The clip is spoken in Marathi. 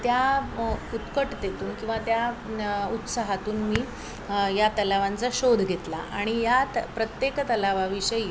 त्या उत्कटतेतून किंवा त्या न् उत्साहातून मी या तलावांचा शोध घेतला आणि यात प्रत्येक तलावाविषयी